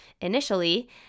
initially